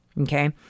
Okay